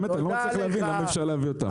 אני לא מצליח להבין למה אי אפשר להביא אותם.